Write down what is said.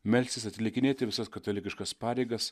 melstis atlikinėti visas katalikiškas pareigas